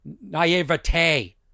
naivete